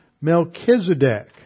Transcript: Melchizedek